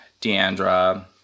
DeAndra